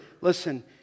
Listen